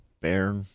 bear